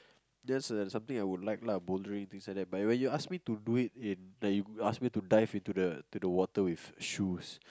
that's a something I would like lah bouldering and things like that but when you ask me to do it in like you ask me to dive into into the water with shoes